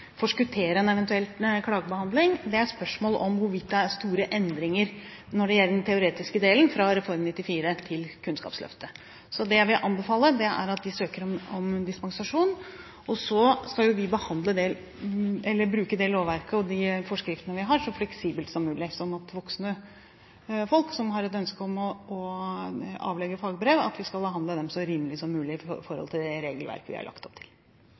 forskuttere en eventuell klagebehandling, og det er spørsmålet om hvorvidt det er store endringer når det gjelder den teoretiske delen fra Reform 94 til Kunnskapsløftet. Det jeg vil anbefale, er at de søker om dispensasjon, og så skal vi bruke det lovverket og de forskriftene vi har, så fleksibelt som mulig, slik at voksne folk som har et ønske om å avlegge fagbrev, skal bli behandlet så rimelig som mulig i forhold til det regelverket vi har lagt opp til.